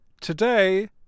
Today